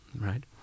right